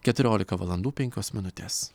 keturiolika valandų penkios minutės